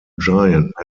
giant